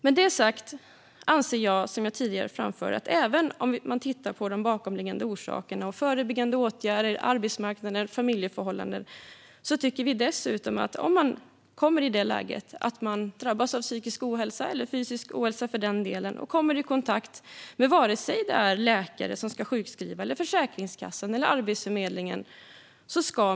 Med detta sagt anser jag, som jag tidigare framfört, att även om man tittar på de bakomliggande orsakerna och förebyggande åtgärder gällande arbetsmarknad och familjeförhållanden ska den som drabbas av psykisk ohälsa - eller fysisk ohälsa, för den delen - bedömas och bemötas likvärdigt i kontakten med läkare, Försäkringskassan eller Arbetsförmedlingen.